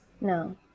No